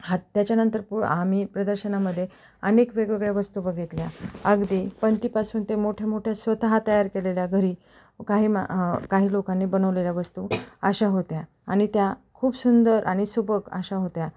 हात त्याच्यानंतर पु आम्ही प्रदर्शनामध्ये अनेक वेगवेगळ्या वस्तू बघितल्या अगदी पणतीपासून ते मोठ्या मोठ्या स्वतः तयार केलेल्या घरी काही मा काही लोकांनी बनवलेल्या वस्तू अशा होत्या आणि त्या खूप सुंदर आणि सुबक अशा होत्या